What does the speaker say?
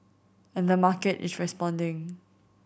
and the market is responding